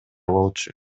болчу